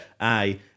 Aye